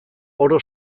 oro